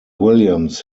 williams